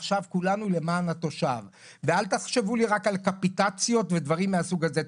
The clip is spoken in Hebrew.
עכשיו כולנו למען התושב ואל תחשבו לי רק על קפיטציות ודברים מהסוג הזה.